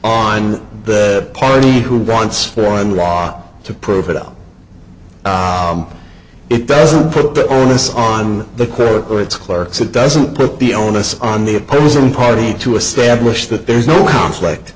on the party who wants one law to prove it out it doesn't put the onus on the clerk or its clerks it doesn't put the onus on the opposing party to establish that there is no conflict